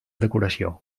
decoració